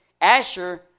Asher